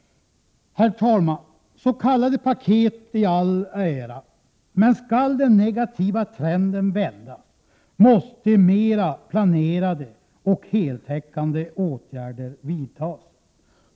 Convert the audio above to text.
Herr talman! S. k. paket i all ära, men skall den negativa trenden vändas måste mera planerade och heltäckande åtgärder vidtas.